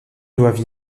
doivent